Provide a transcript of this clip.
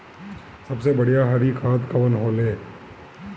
सबसे बढ़िया हरी खाद कवन होले?